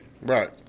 right